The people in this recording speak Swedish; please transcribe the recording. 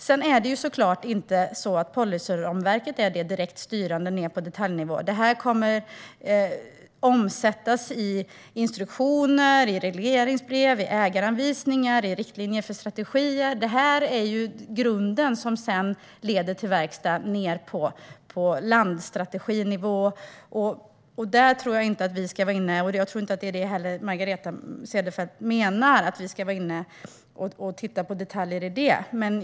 Sedan är såklart inte policyramverket direkt styrande ned på detaljnivå. Det kommer att omsättas i instruktioner, i regleringsbrev, i ägaranvisningar och i riktlinjer för strategier. Det är grunden, som sedan leder till verkstad ned på landsstrateginivå. Där tror jag inte att vi ska vara inne och peta i detaljer, och det tror jag inte heller att Margareta Cederfelt menar.